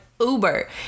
Uber